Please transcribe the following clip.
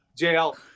JL